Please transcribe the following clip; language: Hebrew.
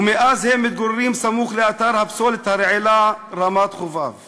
ומאז הם מתגוררים סמוך לאתר הפסולת הרעילה רמת-חובב,